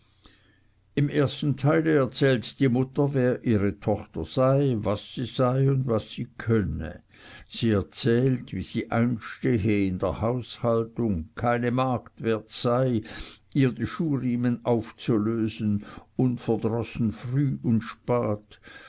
im ersten teile erzählt die mutter wer ihre tochter sei was sie sei und was sie könne sie erzählt wie sie einstehe in der haushaltung keine magd wert sei ihr die schuhriemen aufzulösen unverdrossen früh und spät